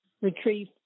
retrieve